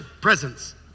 presence